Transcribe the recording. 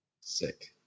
sick